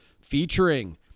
Featuring